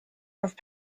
have